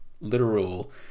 literal